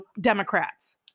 Democrats